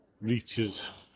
reaches